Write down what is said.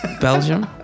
Belgium